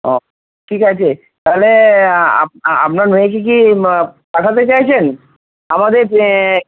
ও ঠিক আছে তাহলে আপনার মেয়েকে কি পাঠাতে চাইছেন আমাদের